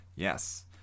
Yes